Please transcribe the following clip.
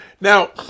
Now